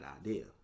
idea